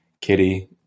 Kitty